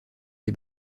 les